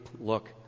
look